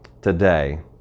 today